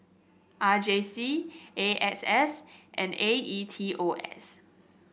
R J C A S S and A E T O S